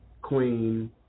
queen